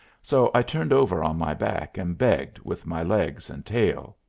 so i turned over on my back and begged with my legs and tail.